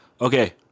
Okay